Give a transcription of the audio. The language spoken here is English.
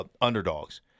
underdogs